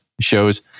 shows